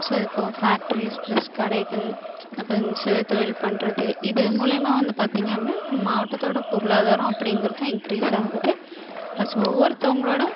so இப்போ factories plus கடைகள் அப்புறம் இந்த சுயதொழில் பண்ணுறது இது மூலியமாக வந்து பார்த்திங்க அப்படின்னா மாவட்டத்தோட பொருளாதாரம் அப்படிங்கறது இன்க்ரீஸ் ஆகுது ப்ளஸ் ஒவ்வொருத்தவங்களோட